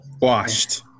washed